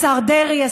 השר דרעי,